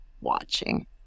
watching